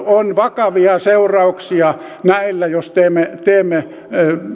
on vakavia seurauksia jos teemme teemme